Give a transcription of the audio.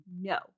No